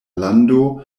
lando